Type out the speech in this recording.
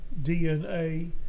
DNA